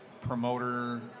promoter